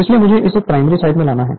इसलिए मुझे इसे प्राइमरी साइड में लाना है